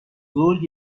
ظهر